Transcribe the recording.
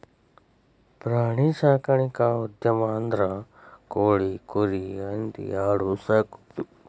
ಪ್ರಾಣಿ ಸಾಕಾಣಿಕಾ ಉದ್ಯಮ ಅಂದ್ರ ಕೋಳಿ, ಕುರಿ, ಹಂದಿ ಆಡು ಸಾಕುದು